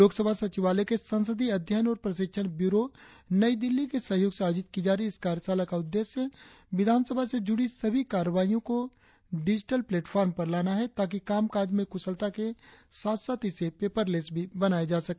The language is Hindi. लोकसभा सचिवालय के संसदीय अध्ययन और प्रशिक्षण ब्यूरो नई दिल्ली के सहयोग से आयोजित की जा रही इस कार्यशाला का उद्देश्य विधानसभा से जुड़ी सभी कार्यवाहियों को डिजिटल प्लेटफॉर्म पर लाना है ताकि काम काज में कुशलता के साथ साथ इसे पेपरलेस भी बनाया जा सके